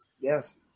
Yes